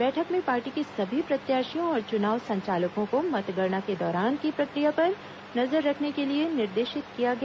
बैठक में पार्टी के सभी प्रत्याशियों और चुनाव संचालकों को मतगणना के दौरान की प्रक्रिया पर नजर रखने के लिए निर्देशित किया गया